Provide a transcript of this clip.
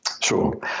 Sure